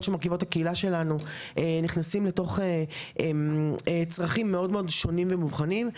שמרכיבות את הקהילה שלנו נכנסים לתוך צרכים מאוד מאוד שונים ומובחנים.